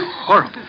Horrible